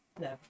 No